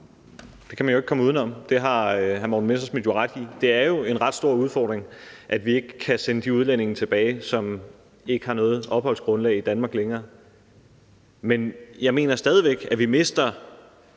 Det kan man ikke komme udenom. Det har hr. Morten Messerschmidt jo ret i. Det er en ret stor udfordring, at vi ikke kan sende de udlændinge tilbage, som ikke længere har noget opholdsgrundlag i Danmark. Men jeg mener stadig væk, at vi mister